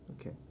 Okay